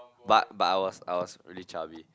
but but I was I was really chubby